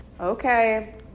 Okay